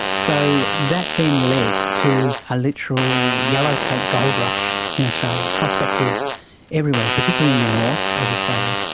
so that then led to a literal yellowcake gold rush in australia. prospectors everywhere, particularly in the north of australia,